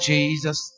Jesus